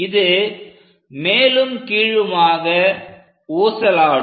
இது மேலும் கீழுமாக ஊசலாடும்